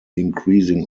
increasing